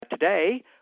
Today